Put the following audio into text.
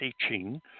teaching